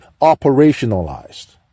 operationalized